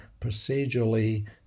procedurally